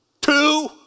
two